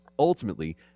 ultimately